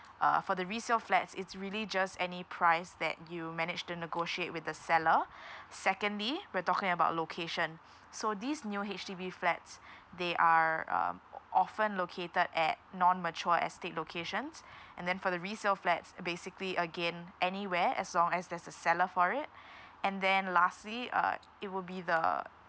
uh for the resale flats it's really just any price that you managed to negotiate with the seller secondly we're talking about location so these new H_D_B flats they are um o~ often located at non mature estate locations and then for the resale flats basically again anywhere as long as there's a seller for it and then lastly uh it would be the